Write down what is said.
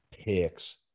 picks